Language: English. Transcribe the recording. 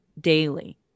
daily